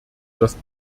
das